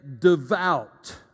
devout